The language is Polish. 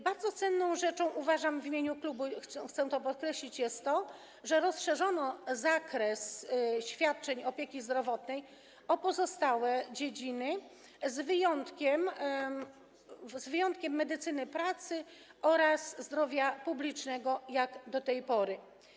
Bardzo cenną rzeczą - tak uważam i w imieniu klubu chcę to podkreślić - jest to, że rozszerzono zakres świadczeń opieki zdrowotnej o pozostałe dziedziny, z wyjątkiem medycyny pracy oraz zdrowia publicznego, jak do tej pory.